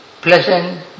pleasant